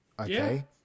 okay